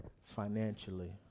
Financially